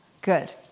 Good